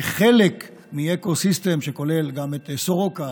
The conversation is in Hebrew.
כחלק מאקו-סיסטם שכולל גם את סורוקה,